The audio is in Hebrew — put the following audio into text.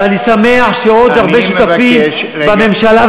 ואני שמח שעוד הרבה שותפים בממשלה,